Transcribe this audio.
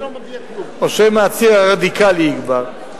או שמא הציר הרדיקלי יגבר?